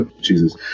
Jesus